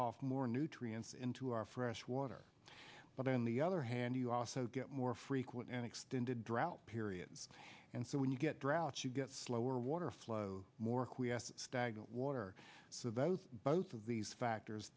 off more nutrients into our freshwater but on the other hand you also get more frequent and extended drought periods and so when you get drought you get slower water flow more stagnant water so those both of these factors